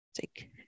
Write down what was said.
Take